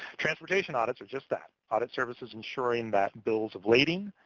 transportation audits are just that, audit services ensuring that bills of lading,